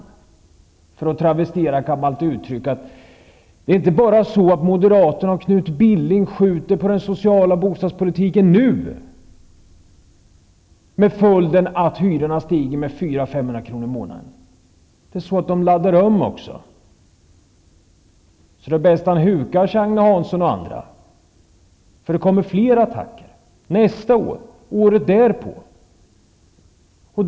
Jag skall travestera ett gammalt uttryck: Det är inte bara så att moderaterna och Knut Billing nu skjuter på den sociala bostadspolitiken, vilket får till följd att hyran stiger med 400--500 kr. per månad, utan de laddar om också. Så det är bäst att Agne Hansson och andra hukar sig, eftersom det kommer fler attacker nästa år och året därefter.